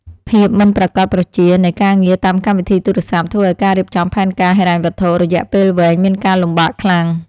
ភាពមិនប្រាកដប្រជានៃការងារតាមកម្មវិធីទូរស័ព្ទធ្វើឱ្យការរៀបចំផែនការហិរញ្ញវត្ថុរយៈពេលវែងមានការលំបាកខ្លាំង។